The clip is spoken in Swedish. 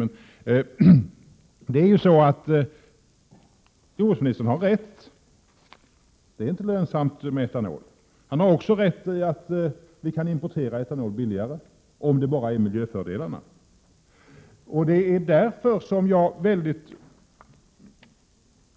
Men jordbruksministern har rätt — det är inte lönsamt med etanol. Han har också rätt i att vi kan importera etanol billigare, om det bara gäller miljöfördelarna. Det är därför som jag mycket